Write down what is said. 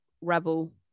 Rebel